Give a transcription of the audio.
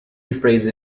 rephrase